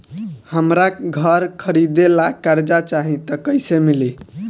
हमरा घर खरीदे ला कर्जा चाही त कैसे मिली?